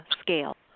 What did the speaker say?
scale